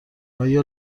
آیا